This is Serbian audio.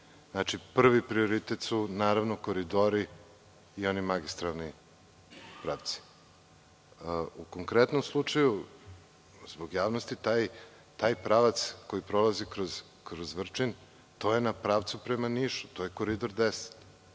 prvi prioritet su, naravno, koridori i oni magistralni pravci.U konkretnom slučaju, zbog javnosti, taj pravac koji prolazi kroz Vrčin je na pravcu prema Nišu. To je Koridor 10.